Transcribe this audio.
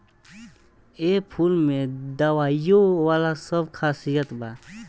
एह फूल में दवाईयो वाला सब खासियत बा